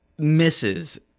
misses